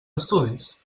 estudis